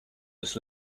this